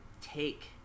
take